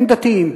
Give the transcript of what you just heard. הם דתיים.